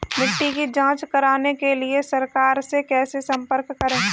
मिट्टी की जांच कराने के लिए सरकार से कैसे संपर्क करें?